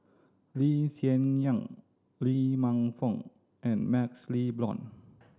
Lee Hsien Yang Lee Man Fong and MaxLe Blond